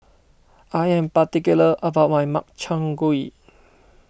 I am particular about my Makchang Gui